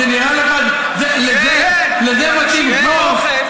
לזה מתאים חוק?